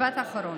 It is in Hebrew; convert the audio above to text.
משפט אחרון.